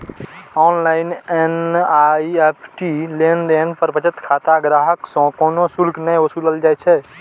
online NEFT लेनदेन पर बचत खाता ग्राहक सं कोनो शुल्क नै वसूलल जाइ छै